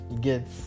Get